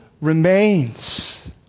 remains